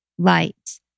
Light